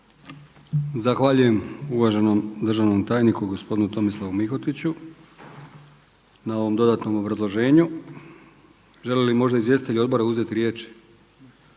Zahvaljujem uvaženom državnom tajniku gospodinu Tomislavu Mihotiću na ovom dodatnom obrazloženju. Žele li možda izvjestitelji odbora uzeti riječ?